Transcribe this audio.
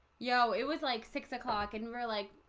yo, it was like six o'clock and we're like